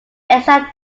exact